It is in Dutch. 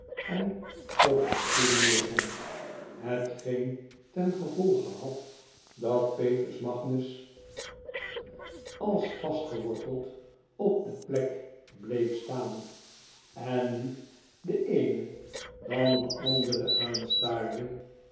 en op een stoel neerzonk hetgeen ten gevolge had dat petrus magnus de p i ckwick club als vastgewort'eld op de plek bleef staan en nu den eenen en dan de andere aan